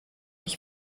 ich